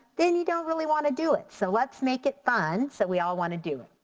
then you don't really wanna do it so let's make it fun so we all wanna do it.